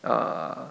err